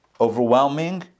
overwhelming